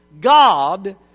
God